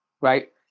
right